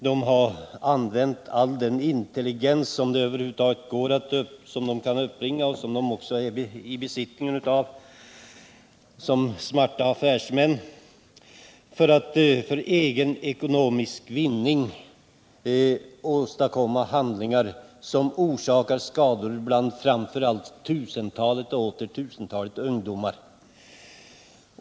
De använder sig av all den intelligens de är i besittning av som smarta affärsmän för att för egen vinning utföra handlingar som orsakar skador framför allt bland tusentals och åter tusentals ungdomar.